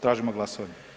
Tražimo glasovanje.